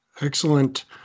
excellent